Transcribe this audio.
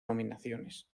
nominaciones